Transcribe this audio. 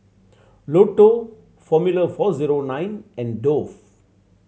Lotto Formula Four Zero Nine and Dove